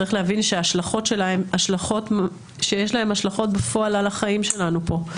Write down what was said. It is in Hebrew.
צריך להבין שההשלכות שלה הן השלכות בפועל על החיים שלנו פה,